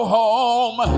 home